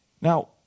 now